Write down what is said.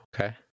Okay